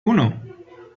uno